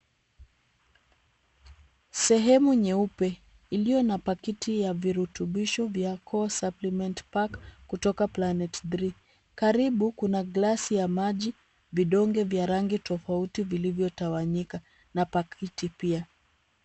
Sehemu nyeupe, iliyo na pakiti ya virutubisho vya core supplement pack kutoka Planet Three. Karibu kuna glasi ya maji, vidonge vya rangi tofauti vilivyo tawanyika na pakiti pia.